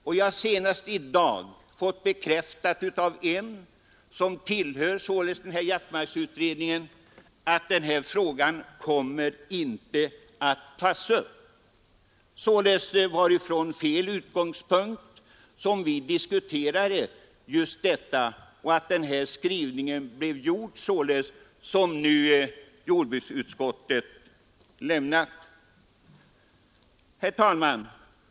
Jag har senast i dag fått bekräftat av en av ledamöterna i jaktmarksutredningen att denna fråga icke kommer att tas upp. Således är utgångspunkten för jordbruksutskottets skrivning i detta avseende felaktig. Herr talman!